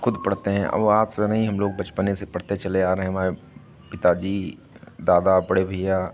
खुद पढ़ते हैं और आज से नहीं हम लोग बचपने से पढ़ते चले आ रहे हैं हमारे पिता जी बाबा बड़े भैया